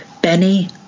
Benny